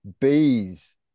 Bees